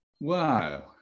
Wow